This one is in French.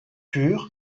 pur